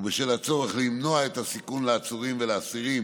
ובשל הצורך למנוע את הסיכון לעצורים ולאסירים